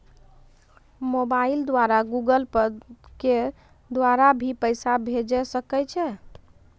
Mobile द्वारा Google Pay के द्वारा भी पैसा भेजै सकै छौ?